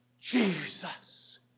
Jesus